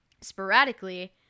sporadically